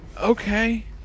Okay